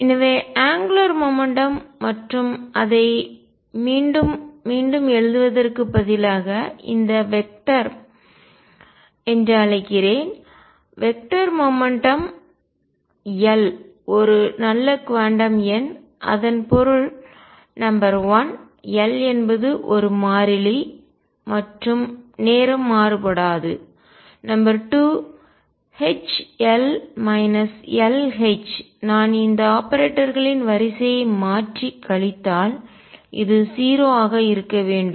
எனவே angular momentum கோண உந்தம் மற்றும் அதை மீண்டும் மீண்டும் எழுதுவதற்கு பதிலாக இந்த வெக்டர் திசையன் சிரிப்பு என்று அழைக்கிறேன் அங்குலார் மொமெண்ட்டம் கோண உந்தம் L ஒரு நல்ல குவாண்டம் எண் இதன் பொருள் நம்பர் 1 L என்பது ஒரு மாறிலி மற்றும் நேரம் மாறுபடாது number 2 H L L H நான் இந்த ஆபரேட்டர்களின் வரிசையை மாற்றி கழித்தால் இது 0 ஆக இருக்க வேண்டும்